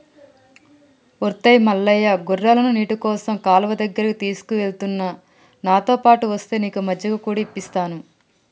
ఒరై మల్లయ్య గొర్రెలను నీటికోసం కాలువ దగ్గరికి తీసుకుఎలుతున్న నాతోపాటు ఒస్తే నీకు మజ్జిగ కూడా ఇప్పిస్తాను